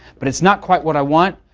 but it's not quite what i want,